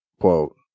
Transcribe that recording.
quote